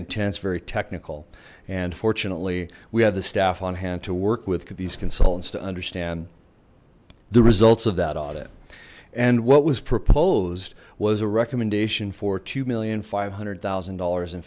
intense very technical and fortunately we have the staff on hand to work with khabees consultants to understand the results of that audit and what was proposed was a recommendation for two million five hundred thousand dollars in